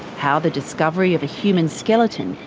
how the discovery of a human skeleton,